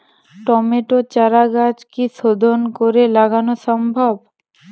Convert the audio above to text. টমেটোর চারাগাছ কি শোধন করে লাগানো সম্ভব?